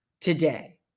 today